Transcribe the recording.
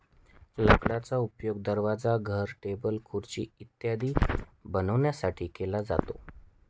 लाकडाचा उपयोग दरवाजा, घर, टेबल, खुर्ची इत्यादी बनवण्यासाठी केला जातो